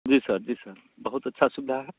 जी sir जी sir बहुत अच्छा सुविधा है